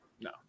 no